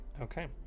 Okay